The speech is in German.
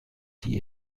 die